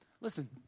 Listen